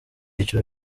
byiciro